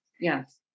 Yes